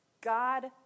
God